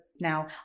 Now